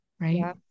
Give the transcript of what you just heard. right